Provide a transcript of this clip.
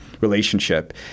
relationship